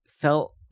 felt